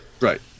Right